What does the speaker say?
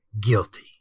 guilty